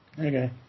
Okay